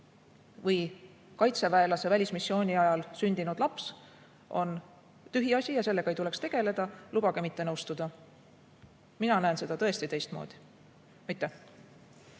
või kaitseväelase välismissiooni ajal sündinud laps, siis see on tühiasija sellega ei tuleks tegeleda – lubage mitte nõustuda. Mina näen seda tõesti teistmoodi. Leo